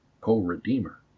co-redeemer